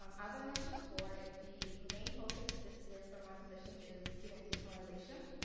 um as i mentioned before, the main focus this year for my position is student decolonization.